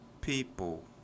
people